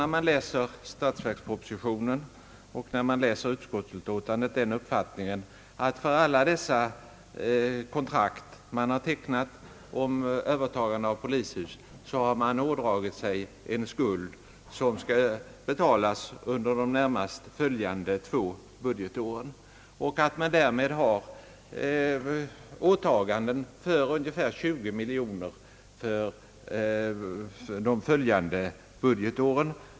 När man läser statsverkspropositionen och utskottsutlåtandet får man den uppfattningen att staten på grund av alla tecknade kontrakt om övertagande av polishus har ådragit sig en skuld, som skall betalas under de närmast följande två budgetåren, och att man därmed har åtaganden för ungefär 20 miljoner kronor årligen för de följande budgetåren.